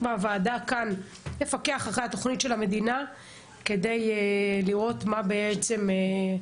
בוועדה כאן נפקח אחרי התוכנית של המדינה כדי לראות מה המדינה